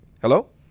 hello